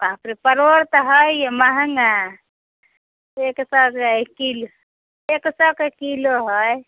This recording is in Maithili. बाप रे परोड़ तऽ हइ महगा एक सओ रुपैए किलो एक सओके किलो हइ